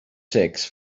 cecs